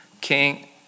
king